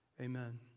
Amen